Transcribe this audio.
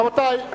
רבותי,